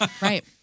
Right